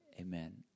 Amen